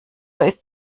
ist